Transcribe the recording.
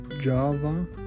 Java